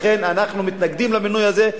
ולכן אנחנו מתנגדים למינוי הזה.